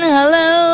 Hello